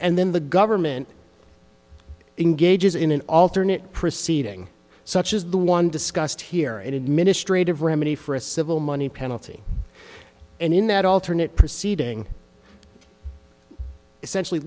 and then the government engages in an alternate proceeding such as the one discussed here an administrative remedy for a civil money penalty and in that alternate proceeding essentially